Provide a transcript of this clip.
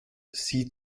sie